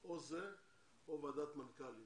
או ועדת מנכ"לים.